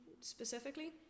specifically